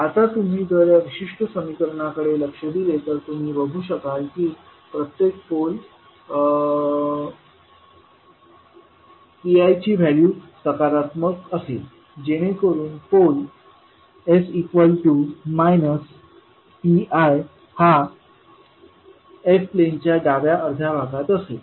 आता तुम्ही जर या विशिष्ट समिकरणाकडे लक्ष दिले तर तुम्ही बघू शकाल की प्रत्येक पोल pi ची व्हॅल्यू सकारात्मक असेल जेणेकरून पोल s pi हा s प्लेनच्या डाव्या अर्ध्या भागात असेल